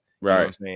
Right